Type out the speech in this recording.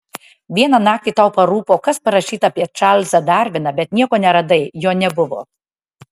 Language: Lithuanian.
vieną naktį tau parūpo kas parašyta apie čarlzą darviną bet nieko neradai jo nebuvo